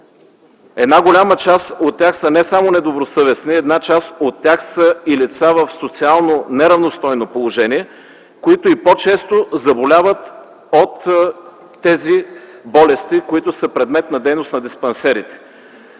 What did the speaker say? Една голяма част от тях са не само недобросъвестни, една част от тях са и лица в социално неравностойно положение, които и по-често заболяват от тези болести, които са предмет на дейност на диспансерите.